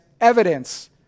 evidence